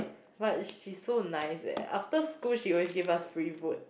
but she's so nice eh after school she always give us free food